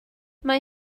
mae